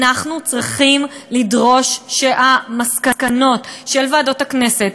שאנחנו צריכים לדרוש שהמסקנות של ועדות הכנסת,